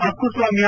ಪಕ್ಕುಸ್ವಾಮ್ಯ